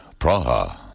Praha